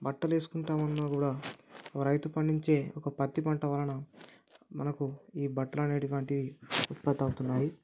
బట్టలు వేసుకుంటా ఉన్నా కూడా ఓ రైతు పండించే ఒక పత్తి పంట వలన మనకు ఈ బట్టలు అనేటువంటివి ఉత్పత్తి అవుతున్నాయి